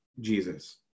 Jesus